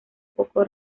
poco